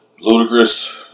Ludicrous